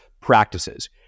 practices